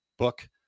book